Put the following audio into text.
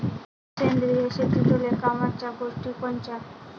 सेंद्रिय शेतीतले कामाच्या गोष्टी कोनच्या?